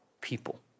people